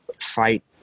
fight